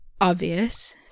obvious